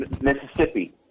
Mississippi